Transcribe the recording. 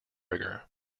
rigger